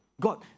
God